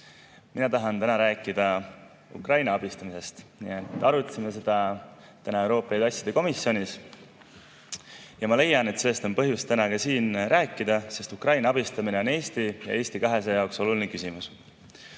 Mina tahan täna rääkida Ukraina abistamisest. Arutasime seda täna Euroopa Liidu asjade komisjonis ja ma leian, et sellest on põhjust täna ka siin rääkida, sest Ukraina abistamine on Eesti ja Eesti 200 jaoks oluline küsimus.